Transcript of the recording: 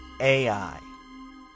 AI